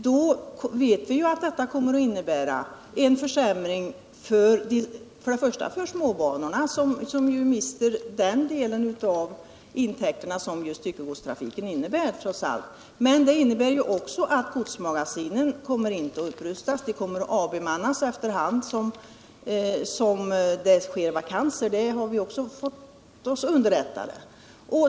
Detta kommer för det första att innebära en försämring för småbanorna, som ju mister den del av intäkterna som styckegodstrafiken trots allt innebär, för det andra att godsmagasinen inte kommer att upprustas utan, enligt underrättelse som vi har fått, i stället att avbemannas efter hand som vakanser uppstår.